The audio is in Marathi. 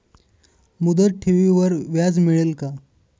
मुदत ठेवीवर व्याज मिळेल का?